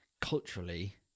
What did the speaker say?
culturally